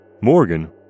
Morgan